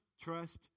trust